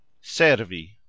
servi